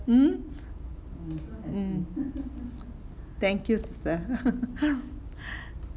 hmm mm thank you sir